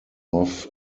off